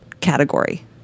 category